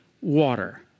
water